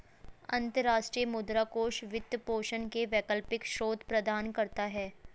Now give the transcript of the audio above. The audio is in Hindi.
अंतर्राष्ट्रीय मुद्रा कोष वित्त पोषण के वैकल्पिक स्रोत प्रदान करता है